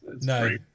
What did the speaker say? No